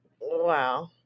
Wow